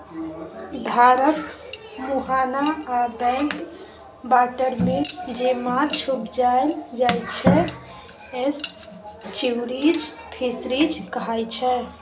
धारक मुहाना आ बैक बाटरमे जे माछ उपजाएल जाइ छै एस्च्युरीज फिशरीज कहाइ छै